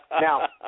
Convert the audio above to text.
Now